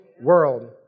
world